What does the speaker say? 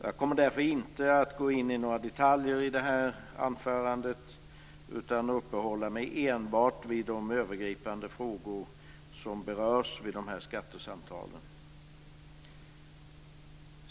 Jag kommer därför inte att gå in på några detaljer i det här anförandet utan enbart uppehålla mig vid de övergripande frågor som berörs vid de här skattesamtalen.